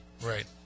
Right